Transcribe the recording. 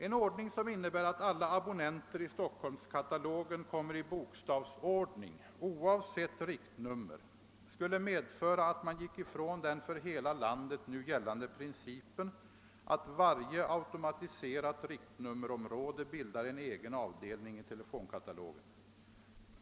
En ordning som innebure att alla abonnenter i Stockholmskatalogen komme i bokstavsordning oavsett riktnummer skulle medföra, att man ginge ifrån den för hela landet nu gällande principen att varje automatiserat riktnummerområde bildar en egen avdelning i telefonkatalogen.